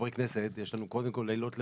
חברי הכנסת, לילות לבנים,